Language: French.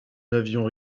n’avions